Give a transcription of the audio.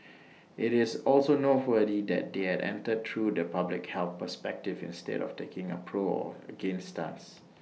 IT is also noteworthy that they are entered through the public health perspective instead of taking A pro or against stance